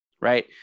Right